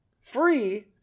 Free